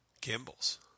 gimbals